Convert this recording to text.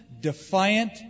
Defiant